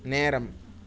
நேரம்